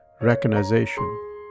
recognition